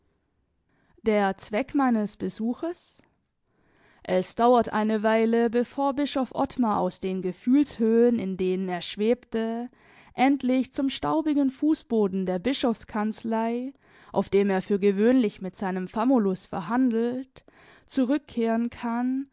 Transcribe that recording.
der zweck meines besuches es dauert eine weile bevor bischof ottmar aus den gefühlshöhen in denen er schwebte endlich zum staubigen fußboden der bischofs kanzlei auf dem er für gewöhnlich mit seinem famulus verhandelt zurückkehren kann